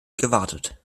gewartet